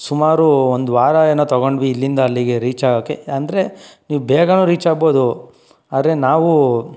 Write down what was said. ಸುಮಾರು ಒಂದು ವಾರ ಏನೋ ತಗೊಂಡ್ವಿ ಇಲ್ಲಿಂದ ಅಲ್ಲಿಗೆ ರೀಚ್ ಆಗೋಕೆ ಅಂದರೆ ನೀವು ಬೇಗನೂ ರೀಚ್ ಆಗ್ಬೋದು ಆದರೆ ನಾವು